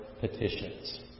petitions